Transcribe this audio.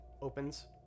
opens